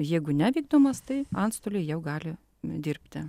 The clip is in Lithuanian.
jeigu nevykdomas tai antstoliai jau gali dirbti